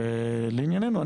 ולעניינו,